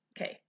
okay